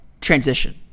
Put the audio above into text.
transition